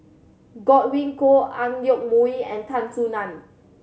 Godwin Koay Ang Yoke Mooi and Tan Soo Nan